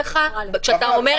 אוסנת, בבקשה.